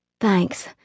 Thanks